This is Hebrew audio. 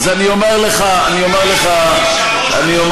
אל תהסס.